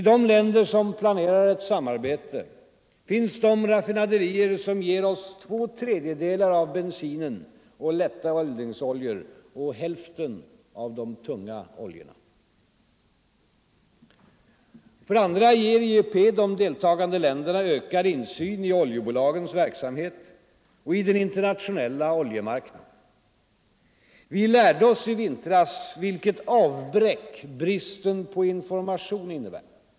I de länder som planerar ett samarbete finns de raffinaderier som ger oss två tredjedelar av bensinen och de lätta eldningsoljorna och hälften av de tunga oljorna. För det andra ger IEP de deltagande länderna ökad insyn i oljebolagens verksamhet och i den internationella oljemarknaden. Vi lärde oss i vintras vilket avbräck bristen på information innebär.